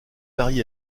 marié